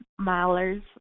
milers